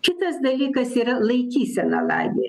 kitas dalykas yra laikysena lavi